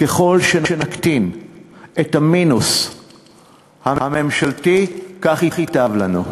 ככל שנקטין את המינוס הממשלתי, כך ייטב לנו.